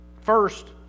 First